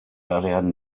arian